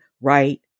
right